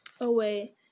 away